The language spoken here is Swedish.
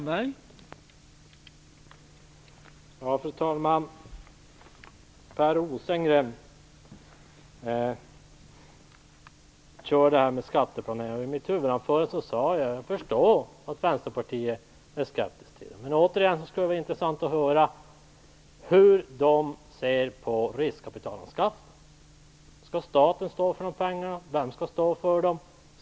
Fru talman! Per Rosengren talar om detta med skatteplanering. I mitt huvudanförande sade jag att jag förstår att Vänsterpartiet är skeptiskt till detta. Men det skulle vara intressant att höra hur ni ser på riskkapitalanskaffningen. Skall staten stå för dessa pengar? Vem skall stå för dem?